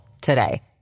today